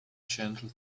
gentle